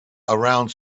around